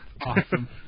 Awesome